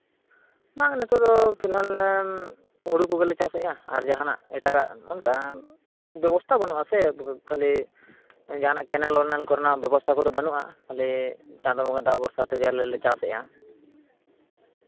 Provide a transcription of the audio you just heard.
ᱵᱟᱝ ᱱᱤᱛᱚᱜ ᱫᱚ ᱯᱷᱤᱱᱟᱹᱱ ᱦᱩᱲᱩ ᱠᱚᱜᱮ ᱞᱮ ᱪᱟᱥ ᱮᱫᱟ ᱟᱨ ᱡᱟᱦᱟᱱᱟᱜ ᱮᱴᱟᱜᱟᱜ ᱚᱱᱠᱟᱱ ᱵᱮᱵᱚᱥᱛᱷᱟ ᱵᱟᱹᱱᱩᱜ ᱟᱥᱮ ᱠᱷᱟᱹᱞᱤ ᱡᱟᱦᱟᱱᱟᱜ ᱠᱮᱱᱮᱞ ᱢᱮᱱᱮᱞ ᱠᱚᱨᱮᱱᱟᱜ ᱵᱮᱵᱚᱥᱛᱷᱟ ᱠᱚᱫᱚ ᱵᱟᱹᱱᱩᱜᱼᱟ ᱠᱷᱟᱹᱞᱤ ᱪᱟᱸᱫᱳ ᱵᱚᱸᱜᱟ ᱫᱟᱜ ᱵᱷᱚᱨᱥᱟ ᱛᱮᱜᱮ ᱟᱞᱮᱞᱮ ᱪᱟᱥ ᱮᱫᱼᱟ